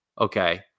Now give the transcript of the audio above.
okay